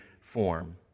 form